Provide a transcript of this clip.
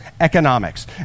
Economics